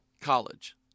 college